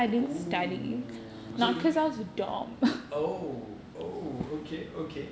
oo so oh oh okay okay